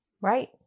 Right